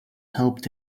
helped